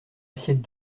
assiette